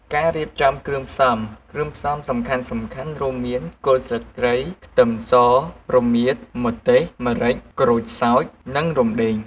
ការរៀបចំគ្រឿងផ្សំ គ្រឿងផ្សំសំខាន់ៗរួមមាន គល់ស្លឹកគ្រៃ ខ្ទឹមស រមៀត ម្ទេស ម្រេច ក្រូចសើច និងរំដេង។